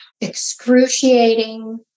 excruciating